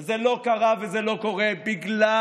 וזה לא קרה וזה לא קורה בגלל